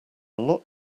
lot